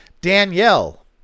Danielle